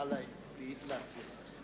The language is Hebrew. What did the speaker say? נא להצהיר.